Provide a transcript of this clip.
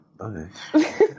Okay